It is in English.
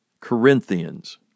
Corinthians